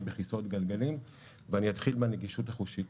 בכיסאות גלגלים ואני אתחיל בנגישות החושית.